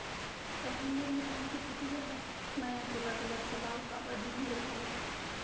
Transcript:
तैंहर मोर मितान के भतीजा हस मैंहर तोला गलत सलाव काबर दुहूँ रे भई